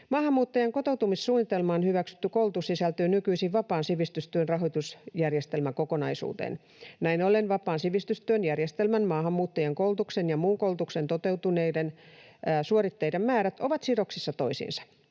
Maahanmuuttajan kotoutumissuunnitelmaan hyväksytty koulutus sisältyy nykyisin vapaan sivistystyön rahoitusjärjestelmäkokonaisuuteen. Näin ollen vapaan sivistystyön järjestämän maahanmuuttajien koulutuksen ja muun koulutuksen toteutuneiden suoritteiden määrät ovat sidoksissa toisiinsa.